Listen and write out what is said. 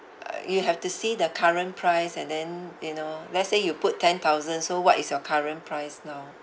uh you have to see the current price and then you know let's say you put ten thousand so what is your current price now